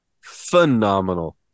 phenomenal